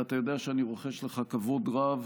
ואתה יודע שאני רוחש לך כבוד רב: